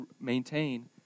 maintain